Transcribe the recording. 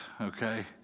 okay